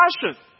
passion